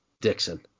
Dixon